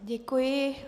Děkuji.